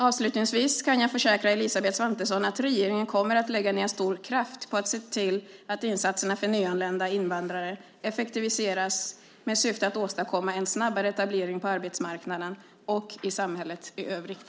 Avslutningsvis kan jag försäkra Elisabeth Svantesson att regeringen kommer att lägga ned stor kraft på att se till att insatserna för nyanlända invandrare effektiviseras med syftet att åstadkomma en snabbare etablering på arbetsmarknaden och i samhället i övrigt.